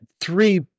three